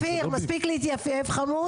אופיר מספיק להתייפייף חמוד,